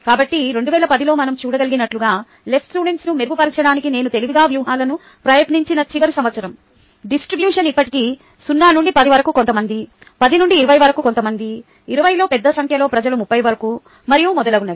కాబట్టి 2010 లో మనం చూడగలిగినట్లుగా LS ను మెరుగుపరచడానికి నేను తెలివిగా వ్యూహాలను ప్రయత్నించని చివరి సంవత్సరం డిస్ట్రిబ్యూషన్ ఇప్పటికీ 0 నుండి 10 వరకు కొంతమంది 10 నుండి 20 వరకు కొంతమంది 20 లో పెద్ద సంఖ్యలో ప్రజలు 30 వరకు మరియు మొదలగునవి